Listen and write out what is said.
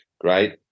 Great